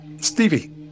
Stevie